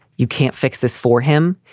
you can't fix this for him.